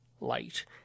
light